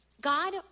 God